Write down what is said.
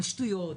על שטויות,